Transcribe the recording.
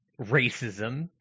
racism